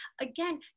Again